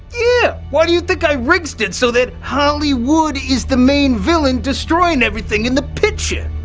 yeah, why do you think i rigsed it so that holli would is the main villain destroying everything in the picture?